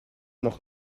noch